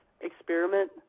experiment